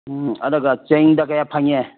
ꯎꯝ ꯑꯗꯨꯒ ꯆꯦꯡꯗ ꯀꯌꯥ ꯐꯪꯉꯦ